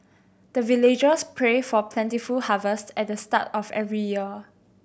the villagers pray for plentiful harvest at the start of every year